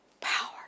power